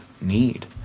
need